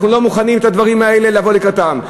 אנחנו לא מוכנים בדברים האלה לבוא לקראתם.